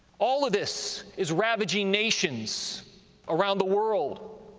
all of this is ravaging nations around the world,